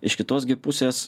iš kitos gi pusės